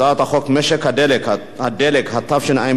הצעת חוק הגבלת הפרסומת והשיווק של מוצרי טבק (תיקון מס' 7),